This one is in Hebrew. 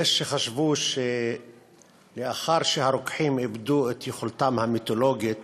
יש שחשבו שלאחר שהרוקחים איבדו את יכולתם המיתולוגית